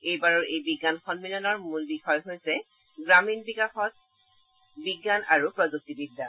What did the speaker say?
এই বিজ্ঞান সন্মিলনৰ মূল বিষয় হৈছে গ্ৰামীণ বিকাশত বিজ্ঞান আৰু প্ৰযুক্তিবিদ্যা